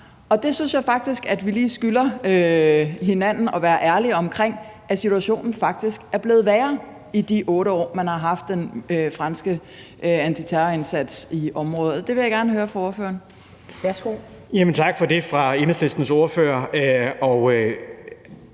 det synes jeg faktisk, at vi lige skylder hinanden at være ærlige omkring, nemlig at situationen faktisk er blevet værre i de 8 år, man har haft den franske antiterrorindsats i området. Det vil jeg gerne høre ordførerens mening om. Kl. 10:18 Anden næstformand